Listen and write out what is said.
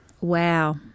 Wow